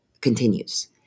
continues